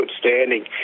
outstanding